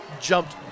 jumped